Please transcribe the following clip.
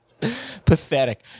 Pathetic